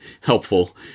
helpful